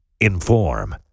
inform